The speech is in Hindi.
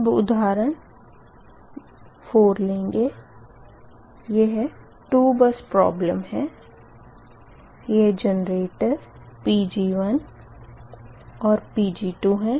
अब उधारण 4 लेंगे यह दो बस प्रोबलेम है यह जेनरेटर Pg1 और Pg2 है